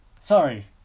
sorry